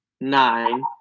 nine